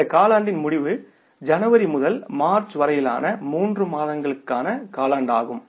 இந்த காலாண்டின் முடிவு ஜனவரி முதல் மார்ச் வரையிலான மூன்று மாதங்களுக்கான காலாண்டின் முடிவு